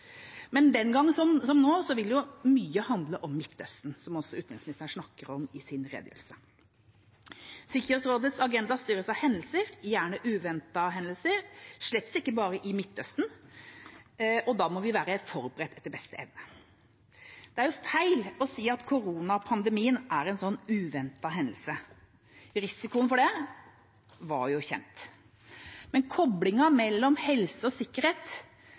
Men den gang som nå vil mye handle om Midtøsten, noe også utenriksministeren snakket om i sin redegjørelse. Sikkerhetsrådets agenda styres av hendelser, gjerne uventede hendelser, og slett ikke bare i Midtøsten, og da må vi være forberedt etter beste evne. Det er feil å si at koronapandemien er en slik uventet hendelse. Risikoen for den var jo kjent. Koblingen mellom helse og sikkerhet